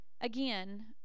Again